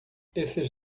esses